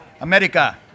America